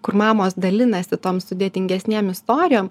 kur mamos dalinasi tom sudėtingesnėm istorijom